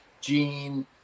Gene